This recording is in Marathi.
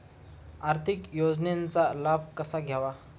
आर्थिक योजनांचा लाभ कसा घ्यावा?